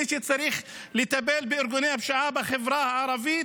מי שצריך לטפל בארגוני הפשיעה בחברה הערבית,